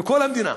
בכל המדינה,